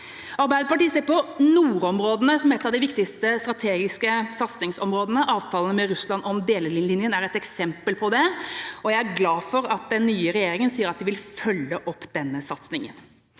Arbeiderpartiet ser på nordområdene som et av de viktigste strategiske satsingsområdene. Avtalen med Russland om delelinjen er et eksempel på det, og jeg er glad for at den nye regjeringa sier at de vil følge opp denne satsingen.